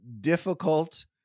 difficult